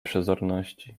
przezorności